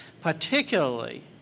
particularly